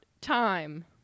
time